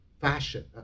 fashion